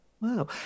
Wow